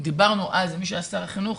דיברנו אז עם מי שהיה שר החינוך.